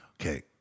Okay